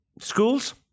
Schools